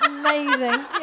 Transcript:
Amazing